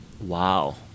wow